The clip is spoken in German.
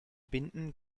binden